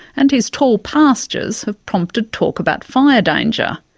and his tall pastures have prompted talk about fire danger.